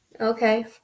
Okay